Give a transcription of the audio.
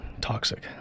toxic